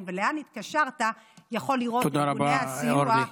ולאן התקשרת יכול לראות את גורמי הסיוע,